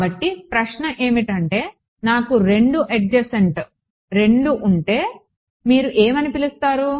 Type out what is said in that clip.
కాబట్టి ప్రశ్న ఏమిటంటే నాకు 2 అడ్జసెంట్ 2 ఉంటే మీరు ఏమని పిలుస్తారు